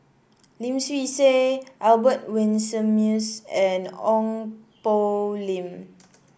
Lim Swee Say Albert Winsemius and Ong Poh Lim